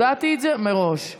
הודעתי את זה מראש.